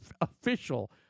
official